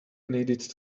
needed